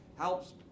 helps